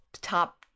top